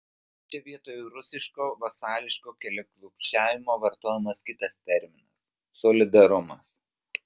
čia vietoj rusiško vasališko keliaklupsčiavimo vartojamas kitas terminas solidarumas